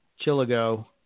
Chiligo